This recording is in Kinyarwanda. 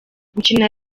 gukina